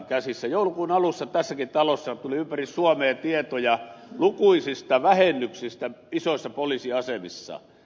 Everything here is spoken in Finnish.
joulukuun alussa tässäkin talossa tuli ympäri suomea tietoja lukuisista vähennyksistä isoissa poliisiasemissa